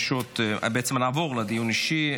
נעבור לדיון אישי.